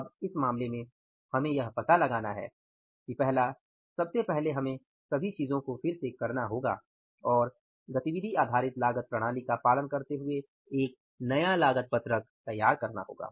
अब इस मामले में हमें यह पता लगाना है कि पहला सबसे पहले हमें सभी चीजों को फिर से करना होगा और गतिविधि आधारित लागत प्रणाली का पालन करते हुए एक नया लागत पत्रक तैयार करना होगा